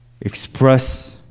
Express